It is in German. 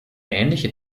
ähnliche